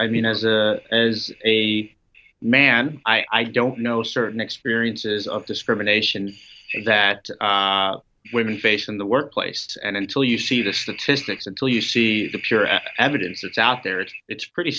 i mean as a as a man i don't know certain experiences of discrimination that women face in the workplace and until you see the statistics until you see the pure evidence is out there it's it's pretty